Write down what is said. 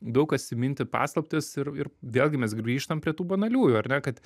daug kas įminti paslaptis ir ir vėlgi mes grįžtam prie tų banalių ar ne kad